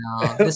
No